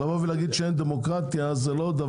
לבוא ולומר שאין דמוקרטיה, זה לא.